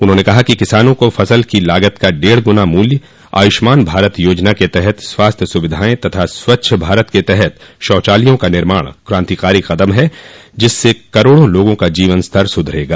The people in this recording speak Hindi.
उन्होंने कहा कि किसानों को फसल की लागत का डेढ़ गुना मूल्य आयुष्मान भारत योजना के तहत स्वास्थ्य सुविधाएं तथा स्वच्छ भारत के तहत शौचालयों का निर्माण कांतिकारी कदम हैं जिससे करोड़ों लोगों का जीवनस्तर सुधरेगा